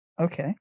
Okay